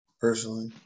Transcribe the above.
personally